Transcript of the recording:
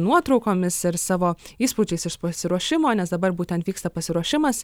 nuotraukomis ir savo įspūdžiais iš pasiruošimo nes dabar būtent vyksta pasiruošimas